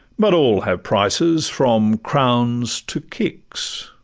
but all have prices, from crowns to kicks,